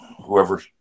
whoever